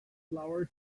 flowers